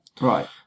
Right